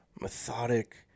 methodic